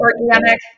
organic